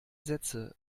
sätze